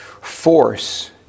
force